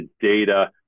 data